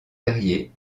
terrier